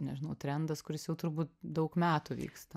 nežinau trendas kuris jau turbūt daug metų vyksta